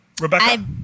Rebecca